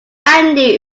andy